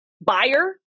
buyer